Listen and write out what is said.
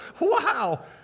wow